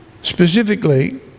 specifically